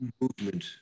movement